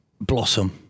blossom